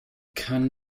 kann